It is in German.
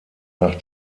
nach